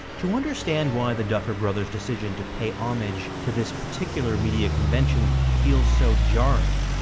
to understand why the duffer brothers decision to pay homage to this particular media convention feels so jarring,